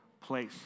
place